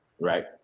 right